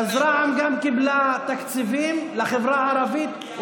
אז רע"מ גם קיבלה תקציבים לחברה הערבית,